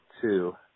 two